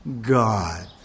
God